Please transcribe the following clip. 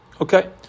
okay